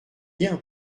bien